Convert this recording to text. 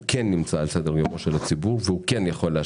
הוא כן נמצא על סדר יומו של הציבור והוא כן יכול להשפיע